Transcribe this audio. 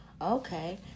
Okay